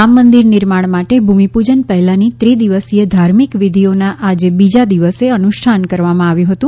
રામ મંદિર નિર્માણ માટે ભૂમિપૂજન પહેલાની ત્રિદિવસીય ધાર્મિક વિધિઓના આજે બીજા દિવસે અનુષ્ઠાન કરવામાં આવ્યું હતું